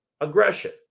aggression